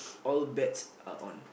all bets are on